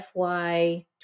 FY